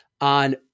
on